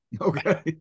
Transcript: Okay